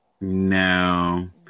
No